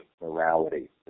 morality